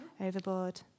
overboard